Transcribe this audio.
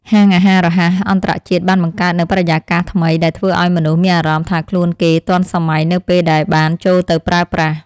ហាងអាហាររហ័សអន្តរជាតិបានបង្កើតនូវបរិយាកាសថ្មីដែលធ្វើឲ្យមនុស្សមានអារម្មណ៍ថាខ្លួនគេទាន់សម័យនៅពេលដែលបាន ចូលទៅប្រើប្រាស់។